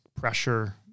pressure